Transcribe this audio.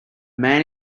man